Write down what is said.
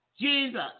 Jesus